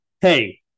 Hey